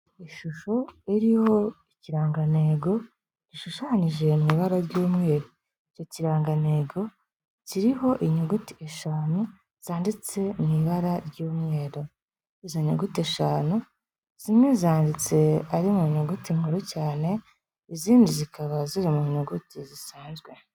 Ishusho iriho ikirangantego gishushanyije mu ibara ry'umweru. Icyo kirangantego kiriho inyuguti eshanu zanditse mu ibara ry'umweru. Izo nyuguti eshanu zimwe zanditse ari mu nyuguti nkuru cyane izindi zikaba ziri mu nyuguti zisanzwe.